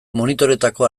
monitoreetako